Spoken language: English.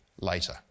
later